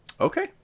Okay